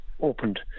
opened